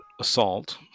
assault